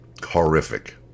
horrific